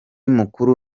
mukuru